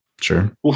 sure